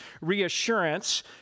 reassurance